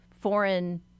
foreign